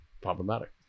problematic